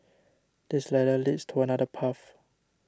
this ladder leads to another path